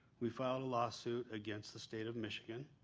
we filed a lawsuit against the state of michigan,